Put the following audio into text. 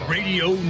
Radio